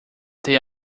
they